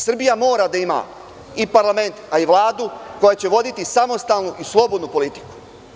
Srbija mora da ima i parlament i Vladu koja će voditi samostalnu i slobodnu politiku.